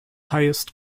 highest